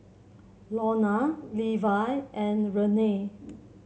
Lorna Levi and Renae